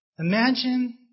Imagine